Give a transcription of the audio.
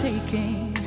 taking